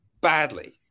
Badly